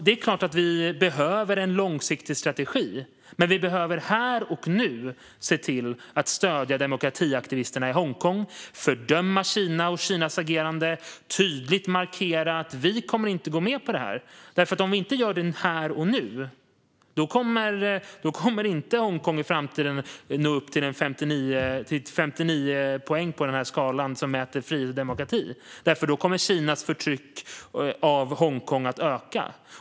Det är klart att vi behöver en långsiktig strategi, men här och nu behöver vi se till att stödja demokratiaktivisterna i Hongkong, fördöma Kina och Kinas agerande och tydligt markera att vi inte kommer att gå med på det här. Om vi inte gör det här och nu kommer inte Hongkong i framtiden att nå upp till sina 59 poäng på den skala som mäter frihet och demokrati. Då kommer Kinas förtryck av Hongkong att öka.